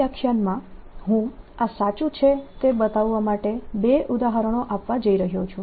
આ વ્યાખ્યાનમાં હું આ સાચું છે તે બતાવવા માટે બે ઉદાહરણો આપવા જઈ રહ્યો છું